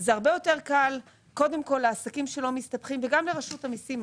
זה הרבה יותר קל קודם כל לעסקים שלא מסתבכים וגם לרשות המיסים.